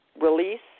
release